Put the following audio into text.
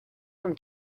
from